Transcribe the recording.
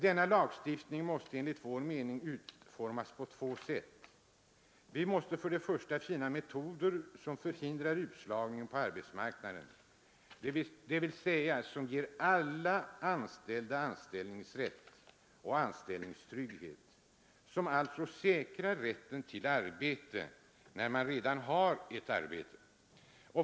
Denna lagstiftning måste enligt vår mening utformas på två sätt. Vi måste för det första finna metoder som förhindrar utslagningen på arbetsmarknaden, dvs. metoder som ger alla anställda anställningsrätt och anställningstrygghet och som alltså säkrar rätten till arbete när man redan har ett arbete.